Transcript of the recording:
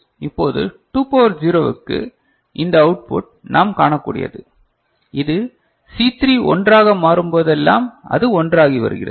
இப்போது 2 பவர் 0 க்கு இந்த அவுட் புட் நாம் காணக்கூடியது இது C3 1 ஆக மாறும்போதெல்லாம் அது 1 ஆகி வருகிறது